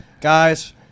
Guys